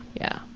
yeah,